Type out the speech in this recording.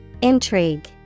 Intrigue